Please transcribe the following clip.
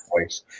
voice